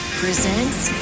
presents